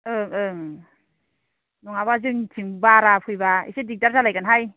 ओं ओं नङाबा जोंनिथिं बारा फैबा एसे दिग्दार जालायगोनहाय